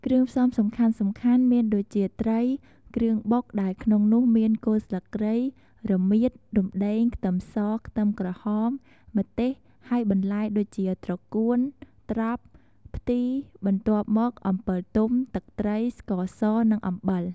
គ្រឿងផ្សំសំខាន់ៗមានដូចជា ត្រី គ្រឿងបុកដែលក្នុងនោះមាន គល់ស្លឹកគ្រៃ រមៀត រំដេង ខ្ទឹមស ខ្ទឹមក្រហម ម្ទេស ហើយបន្លែដូចជា ត្រកួន ត្រប់ ផ្ទី បន្ទាប់មកអំពិលទុំ ទឹកត្រី ស្ករស និងអំបិល។